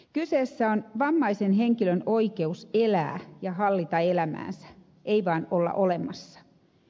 kyseessä on vammaisen henkilön oikeus elää ja hallita elämäänsä ei vain olla olemassa